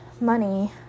money